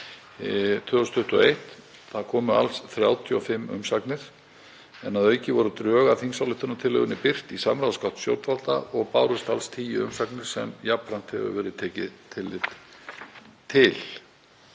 2021. Alls bárust 35 umsagnir en að auki voru drög að þingsályktunartillögunni birt í samráðsgátt stjórnvalda og bárust alls tíu umsagnir sem jafnframt hefur verið tekið tillit til.